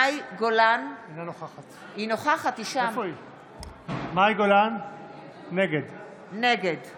נגד איתן גינזבורג, בעד יואב גלנט, נגד גילה